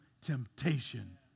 temptation